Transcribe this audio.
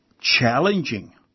challenging